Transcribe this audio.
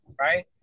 right